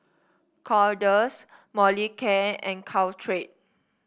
Kordel's Molicare and Caltrate